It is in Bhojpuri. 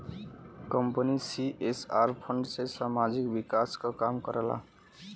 कंपनी सी.एस.आर फण्ड से सामाजिक विकास क काम करला